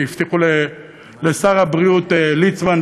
שהבטיחו לשר הבריאות ליצמן,